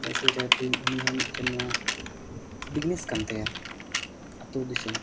ᱡᱮᱥᱮ ᱴᱟᱭᱯᱤᱝ ᱩᱱᱤ ᱦᱚᱸ ᱢᱤᱫᱴᱟᱝ ᱱᱚᱣᱟ ᱵᱤᱡᱽᱱᱮᱹᱥ ᱠᱟᱱ ᱛᱟᱭᱟ ᱟᱹᱛᱩ ᱫᱤᱥᱚᱢ ᱠᱷᱚᱱ